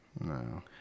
No